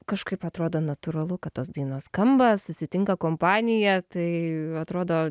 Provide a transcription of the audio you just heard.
kažkaip atrodo natūralu kad tos dainos skamba susitinka kompanija tai atrodo